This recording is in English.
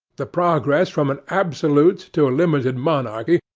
the progress from an absolute to a limited monarchy,